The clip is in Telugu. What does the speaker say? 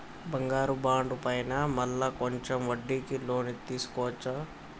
బంగారు బాండు పైన మళ్ళా కొంచెం వడ్డీకి లోన్ తీసుకోవచ్చా?